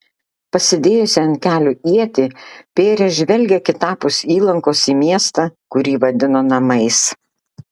pasidėjusi ant kelių ietį pėrė žvelgė kitapus įlankos į miestą kurį vadino namais